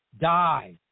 die